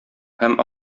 һәм